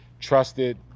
trusted